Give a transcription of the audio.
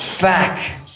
back